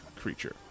creature